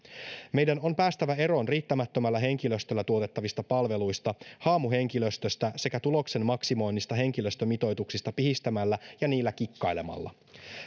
meidän on päästävä eroon riittämättömällä henkilöstöllä tuotettavista palveluista haamuhenkilöstöstä sekä tuloksen maksimoinnista henkilöstömitoituksista pihistämällä ja niillä kikkailemalla